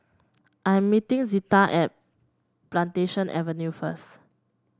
I am meeting Zita at Plantation Avenue first